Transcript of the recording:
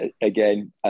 again